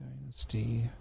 Dynasty